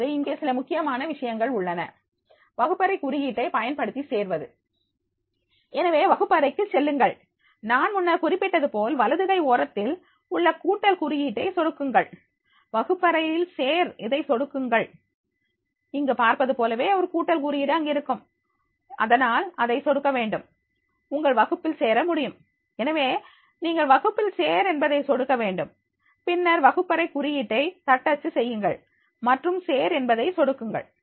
இப்போது இங்கே சில முக்கியமான விஷயங்கள் உள்ளன வகுப்பறை குறியீட்டைப் பயன்படுத்தி சேர்வது எனவே வகுப்பறைக்கு செல்லுங்கள் நான் முன்னர் குறிப்பிட்டது போல் வலது கை ஓரத்தில் உள்ள கூட்டல் குறியீட்டை சொடுக்குங்கள் வகுப்பறையில் சேர் இதை சொடுக்குங்கள் இங்கு பார்ப்பது போலவே ஒரு கூட்டல் குறியீடு அங்கிருக்கும் அதனால் அதை சொடுக்க வேண்டும் உங்கள் வகுப்பில் சேர முடியும் எனவே நீங்கள் வகுப்பில் சேர் என்பதை சொடுக்க வேண்டும் பின்னர் வகுப்பறை குறியீட்டை தட்டச்சு செய்யுங்கள் மற்றும் சேர் என்பதை சொடுக்குங்கள்